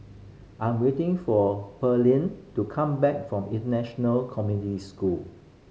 I'm waiting for Perley to come back from International Community School